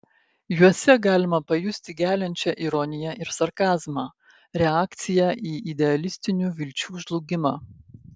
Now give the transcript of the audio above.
juose galima pajusti geliančią ironiją ir sarkazmą reakciją į idealistinių vilčių žlugimą